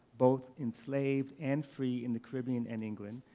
both enslaved and free in the caribbean and england.